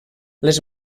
les